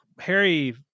Harry